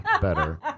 better